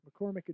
McCormick